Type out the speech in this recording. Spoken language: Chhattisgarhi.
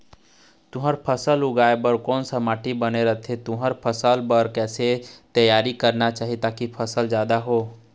तुंहर फसल उगाए बार कोन सा माटी बने रथे तुंहर फसल बार कैसे तियारी करना चाही ताकि फसल जादा हो?